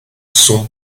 son